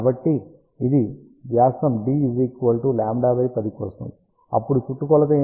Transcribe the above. కాబట్టి ఇది వ్యాసం d λ 10 కోసం అప్పుడు చుట్టుకొలత ఏమిటి C πd